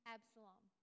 Absalom